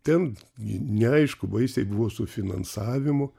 ten neaišku baisiai buvo su finansavimu